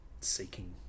seeking